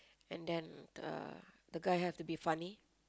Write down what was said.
and then the the guy have to funny